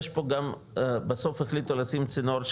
יש פה גם בסוף החליטו לשים צינור של